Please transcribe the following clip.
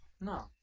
No